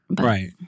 Right